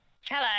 Hello